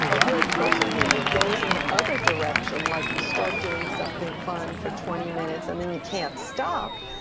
if you're a person who goes in the other direction, like you start doing something fun for twenty minutes and then you can't stop,